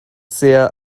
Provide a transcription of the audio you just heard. sehr